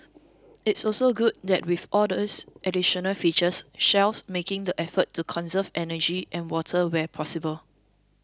it's also good that with all these additional features Shell's making the effort to conserve energy and water where possible